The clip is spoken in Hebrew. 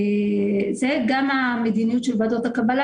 גם המדיניות של ועדת הקבלה,